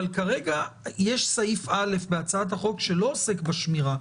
אבל כרגע יש סעיף א' בהצעת החוק שלא עוסק בשמירה,